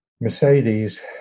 Mercedes